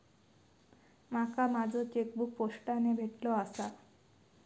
माका माझो चेकबुक पोस्टाने भेटले आसा